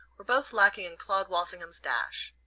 were both lacking in claud walsingham's dash.